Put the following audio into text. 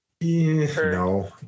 no